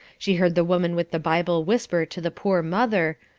she heard the woman with the bible whisper to the poor mother,